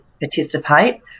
participate